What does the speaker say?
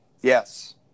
Yes